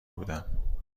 بودم